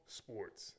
sports